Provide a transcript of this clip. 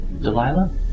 Delilah